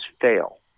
fail